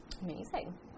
Amazing